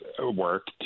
work